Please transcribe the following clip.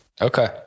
Okay